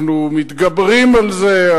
אנחנו מתגברים על זה,